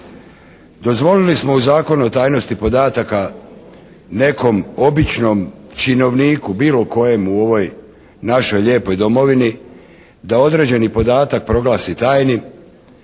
Dozvolili smo u Zakonu o tajnosti podataka nekom običnom činovniku, bilo kojem u ovoj našoj lijepoj domovini da određeni podatak proglasi tajnim,